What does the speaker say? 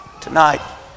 Tonight